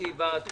בוקר טוב.